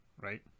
right